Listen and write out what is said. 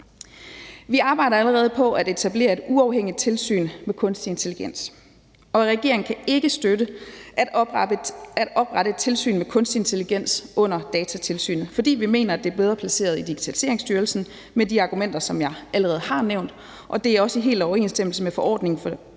Vi arbejder allerede på at etablere et uafhængigt tilsyn med kunstig intelligens, og regeringen kan ikke støtte at oprette et tilsyn med kunstig intelligens under Datatilsynet, fordi vi mener, det er bedre placeret i Digitaliseringsstyrelsen med de argumenter, som jeg allerede har nævnt, og det er også helt i overensstemmelse med forordningen,